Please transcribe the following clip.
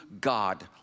God